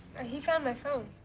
he found my phone